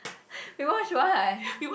you watch what